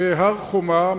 בהר-חומה,